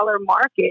market